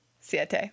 siete